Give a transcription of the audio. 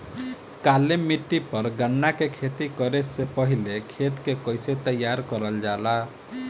काली मिट्टी पर गन्ना के खेती करे से पहले खेत के कइसे तैयार करल जाला?